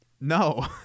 No